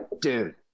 Dude